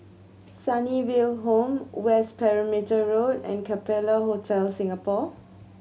Sunnyville Home West Perimeter Road and Capella Hotel Singapore